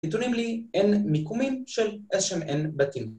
‫נתונים לי n מקומים ‫של איזשהם n בתים.